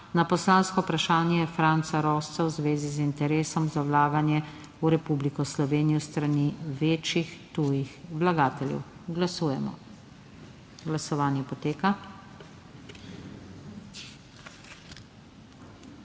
na poslansko vprašanje Franca Rosca v zvezi z interesom za vlaganje v Republiko Slovenijo s strani večjih tujih vlagateljev. Glasujemo. Navzočih